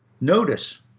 Notice